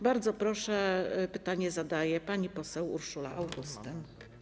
Bardzo proszę, pytanie zadaje pani poseł Urszula Augustyn.